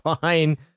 fine